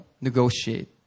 negotiate